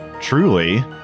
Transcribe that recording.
truly